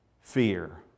fear